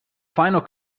final